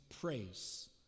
praise